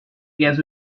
guess